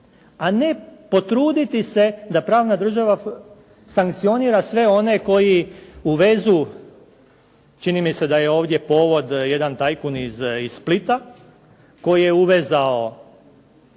a ne potruditi se da pravna država sankcionira sve one koji uvezu. Čini mi se da je ovdje povod jedan tajkun iz Splita koji je uvezao